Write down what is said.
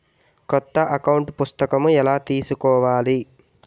కొత్త అకౌంట్ పుస్తకము ఎలా తీసుకోవాలి?